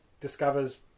discovers